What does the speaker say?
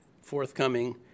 forthcoming